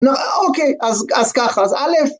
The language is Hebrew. ‫אוקיי, אז ככה, אז א.